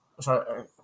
sorry